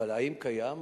אבל האם קיים?